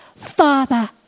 Father